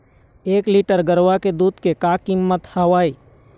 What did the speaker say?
एक लीटर गरवा के दूध के का कीमत हवए?